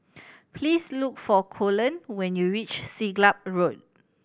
please look for Colon when you reach Siglap Road